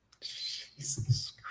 Jesus